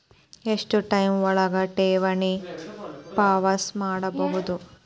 ಎಷ್ಟು ಟೈಮ್ ಒಳಗ ಠೇವಣಿ ವಾಪಸ್ ಪಡಿಬಹುದು?